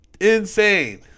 Insane